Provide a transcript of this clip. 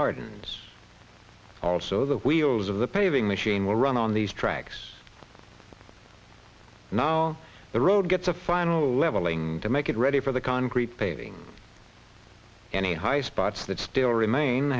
hardens also the wheels of the paving machine will run on these tracks now the road gets a final leveling to make it ready for the concrete painting any high spots that still remain